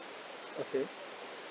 okay